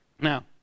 Now